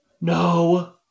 No